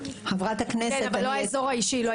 כן, אבל האזור האישי לא.